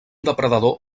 depredador